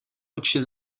oči